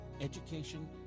education